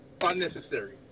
unnecessary